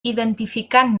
identificant